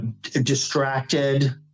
distracted